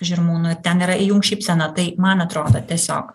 žirmūnų ten yra įjunk šypseną tai man atrodo tiesiog